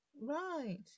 Right